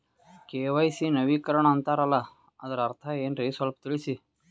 KYC ನವೀಕರಣ ಅಂತಾರಲ್ಲ ಅದರ ಅರ್ಥ ಏನ್ರಿ ಸ್ವಲ್ಪ ತಿಳಸಿ?